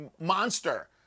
monster